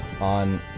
on